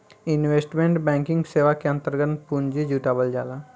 investment banking सेवा के अंतर्गत पूंजी जुटावल जाला